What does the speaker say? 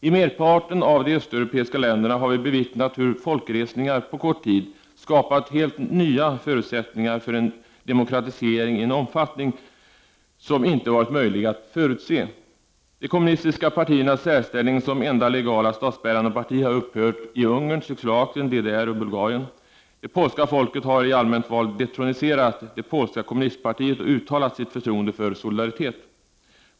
I merparten av de östeuropeiska länderna har vi bevittnat hur folkresningar på kort tid skapat helt nya förutsättningar för en demokratisering i en omfattning som inte varit möjlig att förutse. De kommunistiska partiernas särställning som enda legala statsbärande parti har upphört i Ungern, Tjeckoslovakien, DDR och Bulgarien. Det polska folket har i allmänt val detroniserat det polska kommunistpartiet och uttalat sitt förtroende för Solidaritet.